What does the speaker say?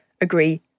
agree